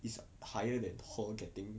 is higher than her getting